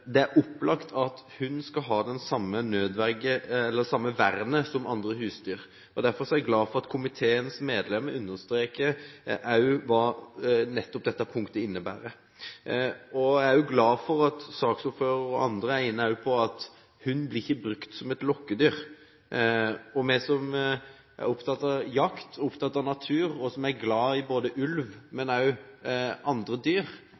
det er opplagt at hund skal ha det samme vernet som andre husdyr. Derfor er jeg glad for at komiteens medlemmer understreker hva nettopp dette punktet innebærer. Jeg er også glad for at saksordføreren og andre har vært inne på at hund ikke blir brukt som et lokkedyr. Vi som er opptatt av jakt, opptatt av natur, og som er glad i ikke bare ulv, men også andre dyr,